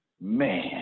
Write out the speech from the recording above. man